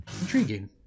Intriguing